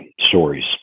stories